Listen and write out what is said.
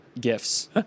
gifts